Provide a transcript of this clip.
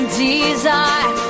desire